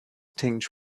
tinged